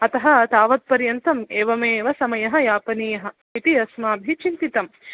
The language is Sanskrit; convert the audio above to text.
अतः तावत् पर्यन्तम् एवमेव समयः यापनीयः इति अस्माभिः चिन्तितं